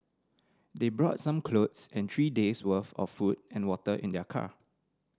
they brought some clothes and three days worth of food and water in their car